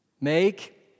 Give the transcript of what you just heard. Make